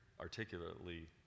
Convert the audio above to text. articulately